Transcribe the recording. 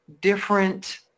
different